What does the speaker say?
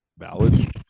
valid